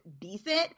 decent